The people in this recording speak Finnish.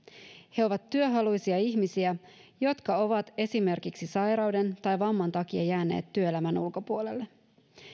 he ovat työhaluisia ihmisiä jotka ovat esimerkiksi sairauden tai vamman takia jääneet työelämän ulkopuolelle